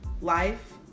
life